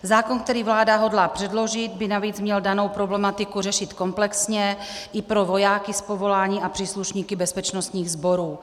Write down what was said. Zákon, který vláda hodlá předložit, by navíc měl danou problematiku řešit komplexně i pro vojáky z povolání a příslušníky bezpečnostních sborů.